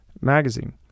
magazine